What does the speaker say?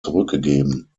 zurückgegeben